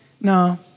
no